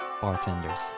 bartenders